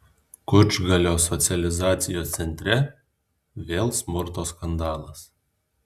kučgalio socializacijos centre vėl smurto skandalas